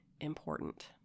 important